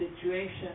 situation